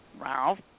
Ralph